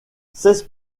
seize